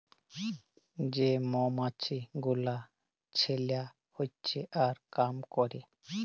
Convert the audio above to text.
যে মমাছি গুলা ছেলা হচ্যে আর কাম ক্যরে